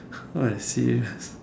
serious